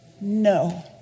No